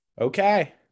Okay